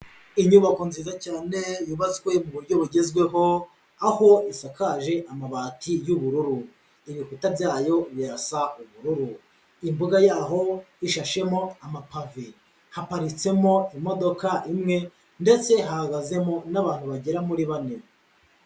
Inyubako nziza cyane yubatswe mu buryo bugezweho aho ishakaje amabati y'ubururu, ibikuta byayo birasa ubururu, imbuga yaho ishashemo amapave haparitsemo imodoka imwe ndetse hahagazemo n'abantu bagera muri bane.